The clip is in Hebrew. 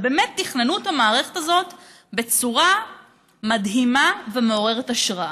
אבל באמת תכננו את המערכת הזו בצורה מדהימה ומעוררת השראה.